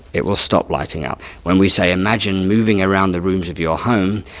it will stop lighting up. when we say imagine moving around the rooms of your home,